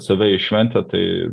save į šventę tai